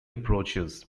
approaches